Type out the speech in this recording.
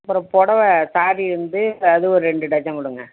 அப்புறம் புடவ ஸாரீ வந்து அது ஒரு ரெண்டு டஜன் கொடுங்க